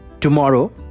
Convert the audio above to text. tomorrow